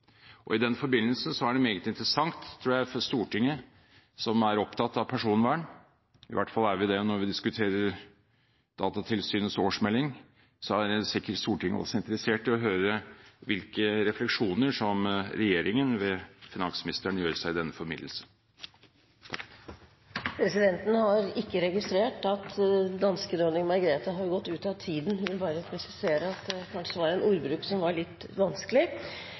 I den forbindelse er dette meget interessant – tror jeg – for Stortinget som er opptatt av personvern, i hvert fall er vi det når vi diskuterer Datatilsynets årsmelding. Stortinget er sikkert også interessert i å høre hvilke refleksjoner som regjeringen ved finansministeren gjør seg i denne forbindelse. Presidenten har ikke registrert at danske dronning Margrethe har gått ut av tiden, og vil bare presisere at det kanskje var en ordbruk som var litt vanskelig.